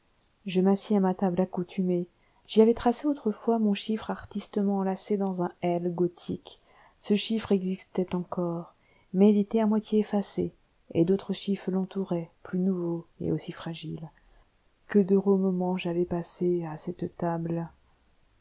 je m'assis à ma table accoutumée j'y avais tracé autrefois mon chiffre artistement enlacé dans un l gothique ce chiffre existait encore mais il était à moitié effacé d'autres chiffres l'entouraient plus nouveaux et aussi fragiles que d'heureux moments j'avais passés à cette table